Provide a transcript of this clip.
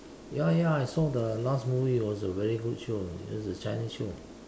ya ya I saw the last movie was a very good shows it's a Chinese show